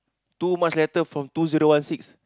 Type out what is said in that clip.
too much letter from two zero one six